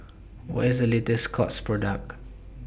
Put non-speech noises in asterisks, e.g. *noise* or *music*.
*noise* What IS The latest Scott's Product